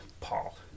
Paul